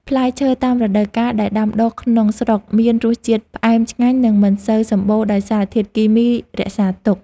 ផ្លែឈើតាមរដូវកាលដែលដាំដុះក្នុងស្រុកមានរសជាតិផ្អែមឆ្ងាញ់និងមិនសូវសម្បូរដោយសារធាតុគីមីរក្សាទុក។